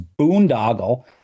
boondoggle